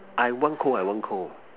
I won't Call I won't Call